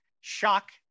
shock